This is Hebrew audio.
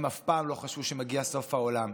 הם אף פעם לא חשבו שמגיע סוף העולם.